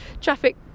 traffic